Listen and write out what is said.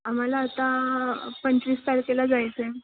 आम्हाला आता पंचवीस तारखेला जायचं आहे